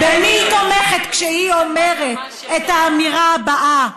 במי היא תומכת כשהיא אומרת את האמירה הבאה: